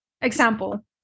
example